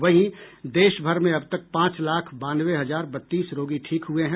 वहीं देश भर में अब तक पांच लाख बानवे हजार बत्तीस रोगी ठीक हुए हैं